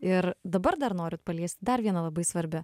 ir dabar dar norit paliest dar vieną labai svarbią